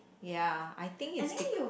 ya I think it's bec~